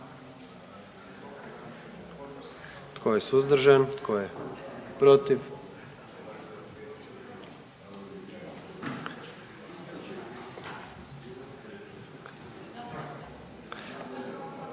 Tko je suzdržan? I tko je protiv?